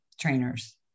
trainers